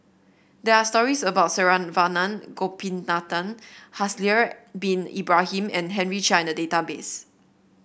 there are stories about Saravanan Gopinathan Haslir Bin Ibrahim and Henry Chia in the database